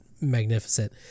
magnificent